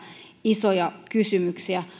isoja kysymyksiä